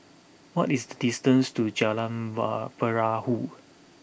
what is the distance to Jalan Perahu